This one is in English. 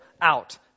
out